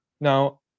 Now